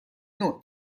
نوع